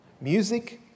music